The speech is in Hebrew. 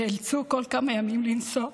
נאלצו כל כמה ימים לנסוע,